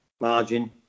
Margin